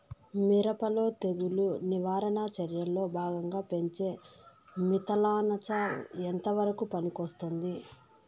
మిరప లో తెగులు నివారణ చర్యల్లో భాగంగా పెంచే మిథలానచ ఎంతవరకు పనికొస్తుంది?